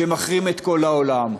שמחרים את כל העולם.